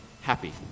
happy